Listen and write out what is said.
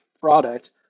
product